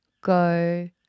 go